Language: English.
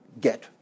get